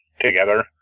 together